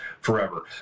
forever